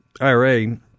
IRA –